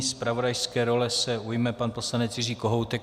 Zpravodajské role se ujme pan poslanec Jiří Kohoutek.